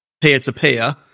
peer-to-peer